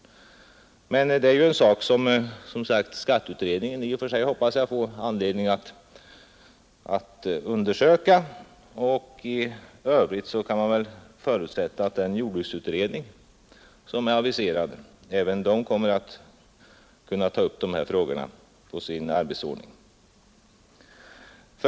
Jag hoppas alltså att skatteutredningen ges möjlighet att undersöka dessa frågor. I övrigt kan man väl förutsätta att även den jordbruksutredning som är aviserad kommer att ta upp dessa frågor på sin arbetsordning.